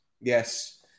yes